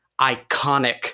iconic